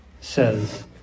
says